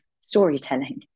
storytelling